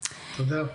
תודה.